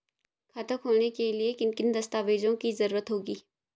खाता खोलने के लिए किन किन दस्तावेजों की जरूरत होगी?